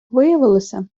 виявилося